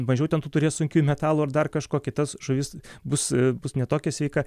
mažiau ten tų turės sunkiųjų metalų ar dar kažko kitas žuvis bus bus ne tokia sveika